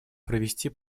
провести